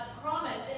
promise